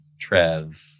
Trev